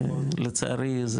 לצערי,